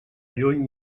lluny